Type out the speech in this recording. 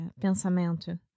Pensamento